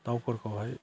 दाउफोरखौहाय